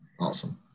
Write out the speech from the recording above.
Awesome